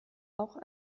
auch